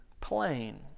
plane